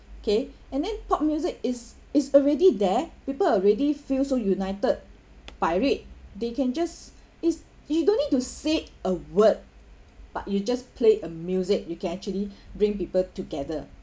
okay and then pop music is is already there people already feel so united by it they can just it's you don't need to say a word but you just play a music you can actually bring people together